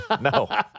No